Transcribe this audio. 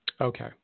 Okay